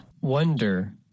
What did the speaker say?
Wonder